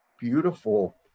beautiful